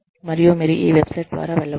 మరియు మీరు ఈ వెబ్సైట్ ద్వారా వెళ్ళవచ్చు